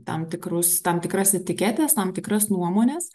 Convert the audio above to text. tam tikrus tam tikras etiketes tam tikras nuomones